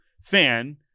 fan